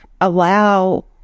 allow